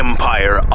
Empire